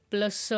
Plus